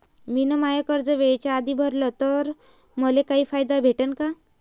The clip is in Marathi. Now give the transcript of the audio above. मिन माय कर्ज वेळेच्या आधी भरल तर मले काही फायदा भेटन का?